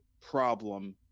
problem